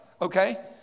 Okay